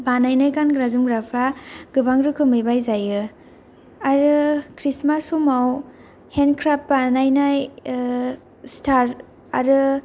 बानायनाय गानग्रा जोमग्राफ्रा गोबां रोखोमै बायजायो आरो क्रिस्टमास समाव हेनक्राप्ट बानायनाय स्टार आरो